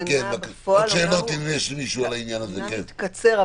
ההתקנה בפועל אומנם התקצר,